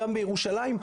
גם בירושלים.